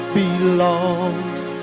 belongs